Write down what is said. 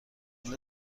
پول